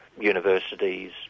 universities